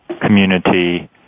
community